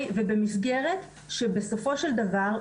ובמסגרת שבסופו של דבר,